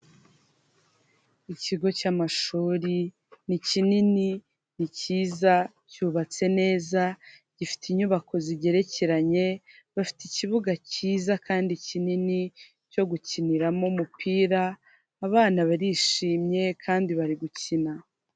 Ikigo cy'amashuri ni kinini ni cyiza cyubatse neza, gifite inyubako zigerekeranye, bafite ikibuga cyiza kandi kinini cyo gukiniramo umupira, abana barishimye kandi bari gukina.